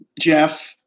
Jeff